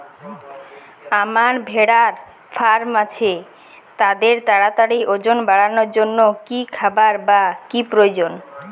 আমার ভেড়ার ফার্ম আছে তাদের তাড়াতাড়ি ওজন বাড়ানোর জন্য কী খাবার বা কী প্রয়োজন?